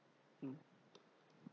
mm